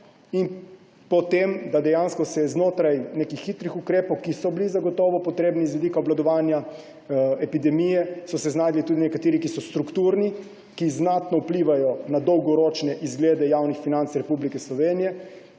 in potem da so se dejansko znotraj nekih hitrih ukrepov, ki so bili zagotovo potrebni z vidika obvladovanja epidemije, znašli tudi nekateri, ki so strukturni, ki znatno vplivajo na dolgoročne izglede javnih financ Republike Slovenije,